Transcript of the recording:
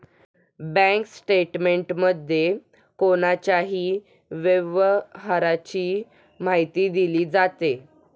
bank स्टेटमेंटमध्ये कोणाच्याही व्यवहाराची माहिती दिली जाते